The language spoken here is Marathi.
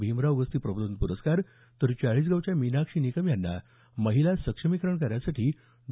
भीमराव गस्ती प्रबोधन पुरस्कार तर चाळीसगावच्या मिनाक्षी निकम यांना महिला सक्षमीकरण कार्यासाठी डॉ